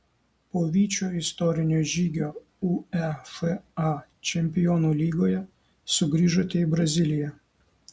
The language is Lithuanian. po vyčio istorinio žygio uefa čempionų lygoje sugrįžote į braziliją